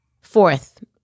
Fourth